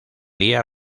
día